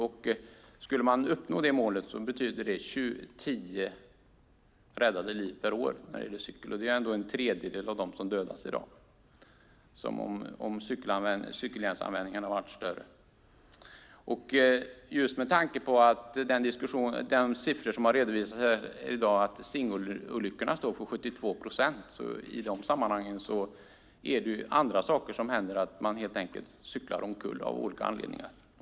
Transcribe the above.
Om man skulle uppnå detta mål skulle det innebära att tio cyklisters liv räddas per år, vilket är en tredjedel av dem som dödas i dag. Med tanke på de siffror som har redovisats i dag om att singelolyckorna står för 72 procent är det andra saker som händer. Man cyklar helt enkelt omkull av olika anledningar.